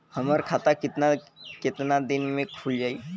हमर खाता कितना केतना दिन में खुल जाई?